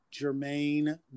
Jermaine